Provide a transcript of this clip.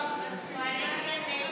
אז בואו נצביע.